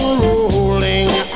rolling